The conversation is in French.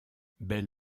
bel